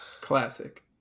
Classic